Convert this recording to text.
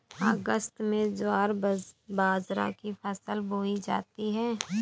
अगस्त में ज्वार बाजरा की फसल बोई जाती हैं